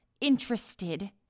interested